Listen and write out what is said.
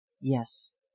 Yes